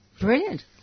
Brilliant